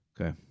Okay